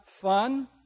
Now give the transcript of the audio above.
fun